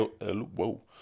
whoa